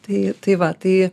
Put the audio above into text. tai tai va tai